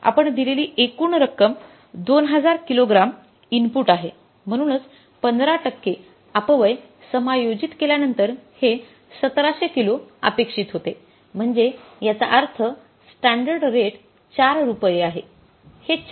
आपण दिलेली एकूण रक्कम २००० किलोग्राम इनपुट आहे म्हणूनच १५ टक्के अपव्यय समायोजित केल्यानंतर हे १७०० किलो अपेक्षित होते म्हणजे याचा अर्थ स्टॅंडर्ड रेट ४ रुपये आहे